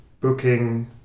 booking